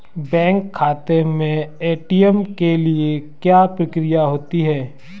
Bank खाते में ATM के लिए क्या प्रक्रिया होती है?